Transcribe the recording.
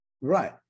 right